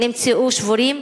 נמצאו שבורים,